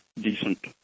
decent